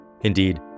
Indeed